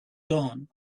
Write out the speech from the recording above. dawn